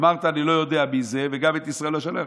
אמרת שאתה לא יודע מי זה, וגם את ישראל לא שולח.